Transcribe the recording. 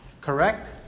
Correct